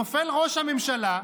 נופל ראש הממשלה,